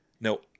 no